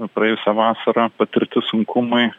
praėjusią vasarą patirti sunkumai